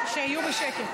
שיהיו בשקט.